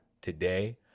today